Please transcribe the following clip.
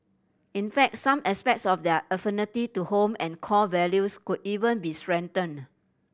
in fact some aspects of their affinity to home and core values could even be strengthened